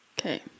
Okay